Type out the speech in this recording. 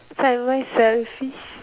am I selfish